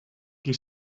qui